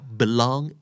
belong